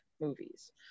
movies